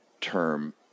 term